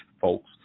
folks